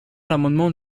l’amendement